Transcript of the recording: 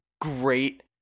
great